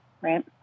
right